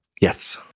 yes